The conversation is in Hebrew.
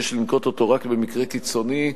שיש לנקוט אותו רק במקרה קיצוני,